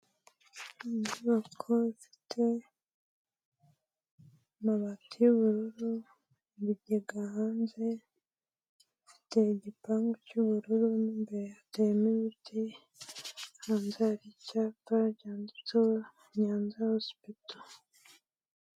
Inyubako zifite amabati y'ubururu, ibigega hanze, zifite igipangu cy'ubururu, mo imbere hateyemo ibiti, hanze hari icyapa cyanditseho Nyanza hosipito.